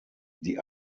die